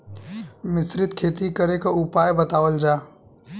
मिश्रित खेती करे क उपाय बतावल जा?